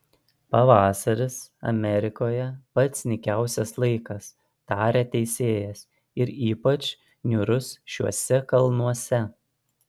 pavasaris amerikoje pats nykiausias laikas tarė teisėjas ir ypač niūrus šiuose kalnuose